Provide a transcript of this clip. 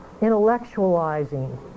intellectualizing